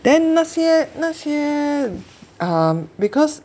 then 那些那些 um because